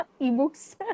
ebooks